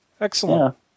Excellent